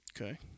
Okay